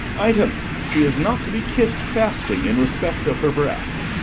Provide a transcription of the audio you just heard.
item she is not to be kiss'd fasting, in respect of her breath